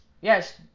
Yes